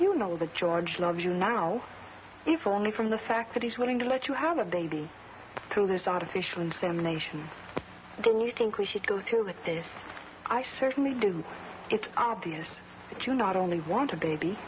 you know the george loves you now if only from the fact that he's willing to let you have a baby through this artificial insemination don't you think we should go through with this i certainly do it's obvious that you not only want a baby